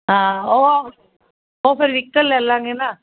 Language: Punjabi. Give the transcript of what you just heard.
ਹਾਂ ਉਹ ਫਿਰ ਵਹੀਕਲ ਲੈ ਲਵਾਂਗੇ ਨਾ